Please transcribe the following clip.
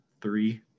three